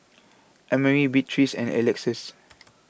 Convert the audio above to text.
Emery Beatriz and Alexus